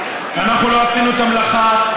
אנחנו לא עשינו את המלאכה.